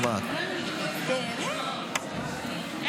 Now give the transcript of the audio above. מדובר בהצעת חוק לחילוט